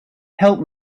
help